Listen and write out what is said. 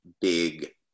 big